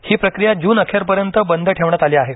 ही प्रक्रिया जून अखेरपर्यंत बंद ठेवण्यात आली आहे